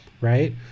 right